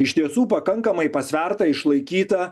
iš tiesų pakankamai pasverta išlaikyta